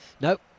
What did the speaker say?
Nope